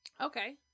Okay